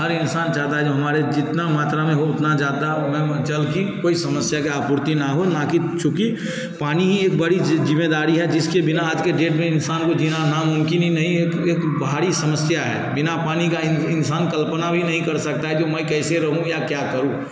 हर इंसान चाहता है जो हमारे जितना मात्रा में हो उतना ज़्यादा में जल कि कोई समस्या का आपूर्ति न हो न कि चूँकि पानी ही एक बड़ी जी ज़िम्मेदारी है जिसके बिना आज के डेट में इंसान को जीना नामुमकिन ही नहीं एक भारी समस्या है बिना पानी का इंसान कल्पना भी नहीं कर सकता है कि मैं कैसे रहूँ या क्या करूँ